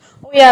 lavender tea